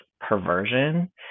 perversion